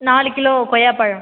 நாலு கிலோ கொய்யாப்பழம்